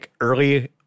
early